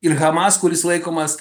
ir hamas kuris laikomas